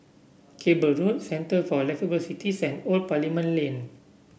Cable Road Centre for Liveable Cities and Old Parliament Lane